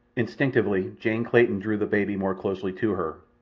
instinctively jane clayton drew the baby more closely to her,